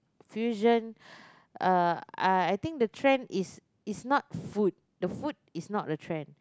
fusion uh I I think the trend is is not food the food is not the trend